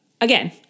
again